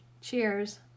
Cheers